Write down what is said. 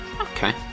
Okay